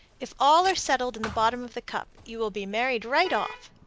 if all are settled in the bottom of the cup, you will be married right off.